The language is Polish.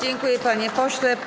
Dziękuję, panie pośle.